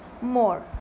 more